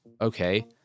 okay